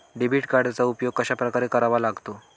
Debit कार्डचा उपयोग कशाप्रकारे करावा लागतो?